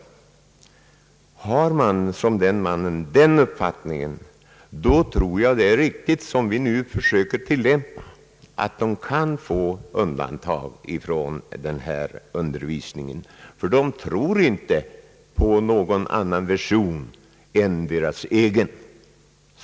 Har föräldrarna den uppfattningen, tror jag att det är en riktig princip som vi nu försöker tillämpa, att deras barn kan få befrielse från denna undervisning, ty de tror inte på någon annan version än sin egen.